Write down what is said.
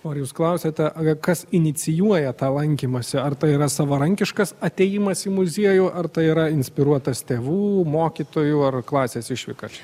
o ar jūs klausėte kas inicijuoja tą lankymąsi ar tai yra savarankiškas atėjimas į muziejų ar tai yra inspiruotas tėvų mokytojų ar klasės išvyka